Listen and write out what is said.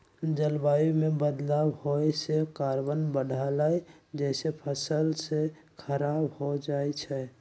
जलवायु में बदलाव होए से कार्बन बढ़लई जेसे फसल स खराब हो जाई छई